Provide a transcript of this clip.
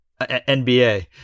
NBA